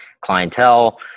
clientele